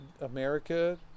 America